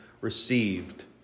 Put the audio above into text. received